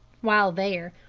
while there,